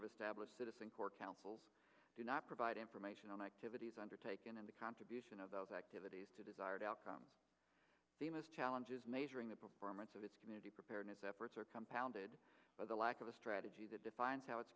of established citizen corps council do not provide information on activities undertaken and a contribution of those activities to desire the most challenges measuring the performance of its community preparedness efforts are come pounded by the lack of a strategy that defines how it